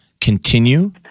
continue